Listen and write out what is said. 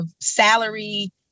salary